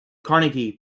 carnegie